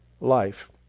life